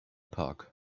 park